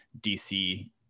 dc